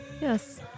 Yes